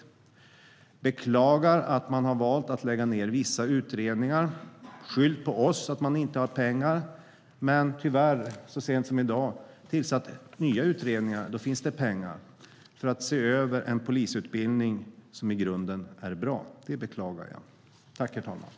Jag beklagar att man har valt att lägga ned vissa utredningar. Man har skyllt på oss att man inte har pengar, men tyvärr har man så sent som i dag tillsatt nya utredningar - då finns det pengar - för att se över en polisutbildning som i grunden är bra. Det beklagar jag.